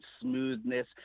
smoothness